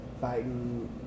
fighting